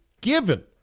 given